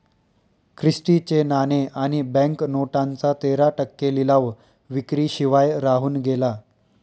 Christie चे नाणे आणि बँक नोटांचा तेरा टक्के लिलाव विक्री शिवाय राहून गेला